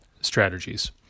strategies